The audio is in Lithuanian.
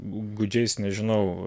gūdžiais nežinau